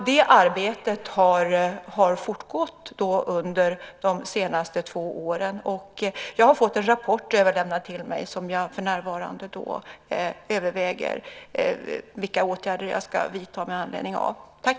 Det arbetet har fortgått under de senaste två åren. Jag har fått en rapport överlämnad till mig, och jag överväger för närvarande vilka åtgärder jag ska vidta med anledning av den.